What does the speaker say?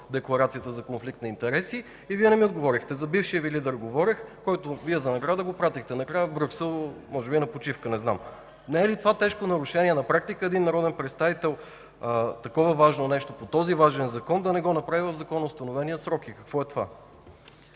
декларацията за конфликт на интереси? Вие не ми отговорихте. Говорих за бившия Ви лидер, който за награда го пратихте в Брюксел – може би на почивка, не знам. Не е ли тежко нарушение един народен представител по такова важно нещо, по този важен закон да не го направи в законоустановения срок?! Какво е това?!